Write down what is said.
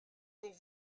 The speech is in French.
pour